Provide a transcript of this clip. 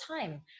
time